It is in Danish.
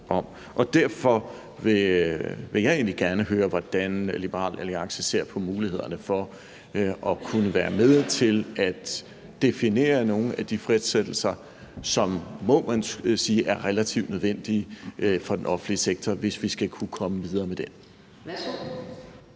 Derfor vil jeg egentlig gerne høre om, hvordan Liberal Alliance ser på mulighederne for at kunne være med til at definere nogle af de frisættelser, som – må man sige – er relativt nødvendige for den offentlige sektor, hvis vi skal kunne komme videre med den.